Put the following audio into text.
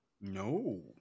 No